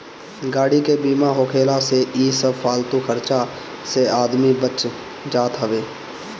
गाड़ी के बीमा होखला से इ सब फालतू खर्चा से आदमी बच जात हअ